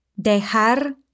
Dejar